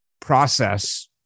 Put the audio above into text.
process